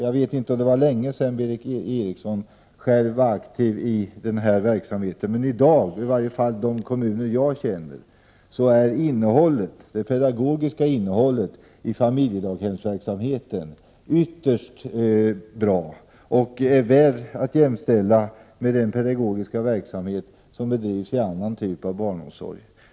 Jag vet inte om det var länge sedan Berith Eriksson själv var aktiv i denna verksamhet, men i dag är det pedagogiska innehållet i familjedaghemsverksamheten mycket bra, åtminstone i de kommuner som jag känner till. Den är värd att jämställa med den pedagogiska verksamhet som bedrivs i annan typ av barnomsorg.